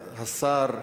השר,